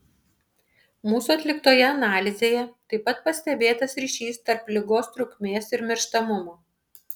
mūsų atliktoje analizėje taip pat pastebėtas ryšys tarp ligos trukmės ir mirštamumo